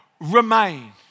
remain